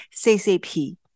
CCP